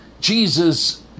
Jesus